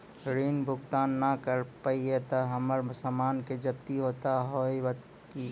ऋण भुगतान ना करऽ पहिए तह हमर समान के जब्ती होता हाव हई का?